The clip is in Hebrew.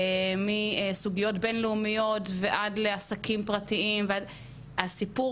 מסוגיות בינלאומיות ועד לעסקים פרטיים והסיפור